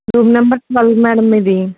room number twelve madam ఇది